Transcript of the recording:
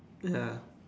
ya